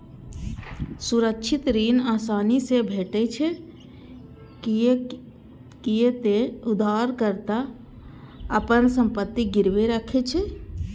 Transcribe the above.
सुरक्षित ऋण आसानी से भेटै छै, कियै ते उधारकर्ता अपन संपत्ति गिरवी राखै छै